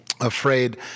afraid